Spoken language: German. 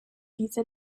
diese